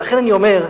לכן אני אומר,